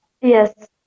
yes